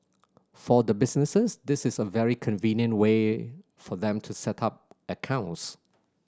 for the businesses this is a very convenient way for them to set up accounts